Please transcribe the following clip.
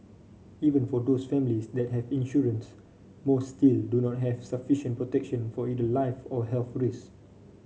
even for those families that have insurance most still do not have sufficient protection for either life or health